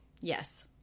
Yes